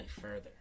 further